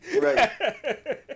Right